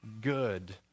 good